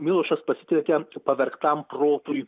milošas pasitelkia pavergtam protui